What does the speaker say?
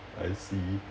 I see